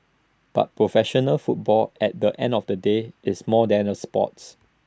but professional football at the end of the day is more than the sports